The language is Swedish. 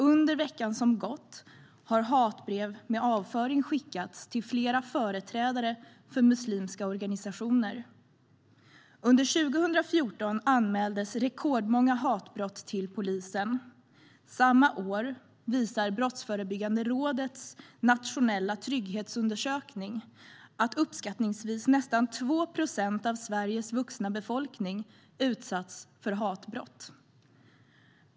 Under veckan som gått har hatbrev med avföring skickats till flera företrädare för muslimska organisationer. Under 2014 anmäldes rekordmånga hatbrott till polisen. Samma år visade Nationella trygghetsundersökningen från Brottsförebyggande rådet att uppskattningsvis nästan 2 procent av Sveriges vuxna befolkning utsatts för hatbrott.